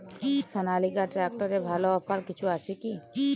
সনালিকা ট্রাক্টরে ভালো অফার কিছু আছে কি?